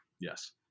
Yes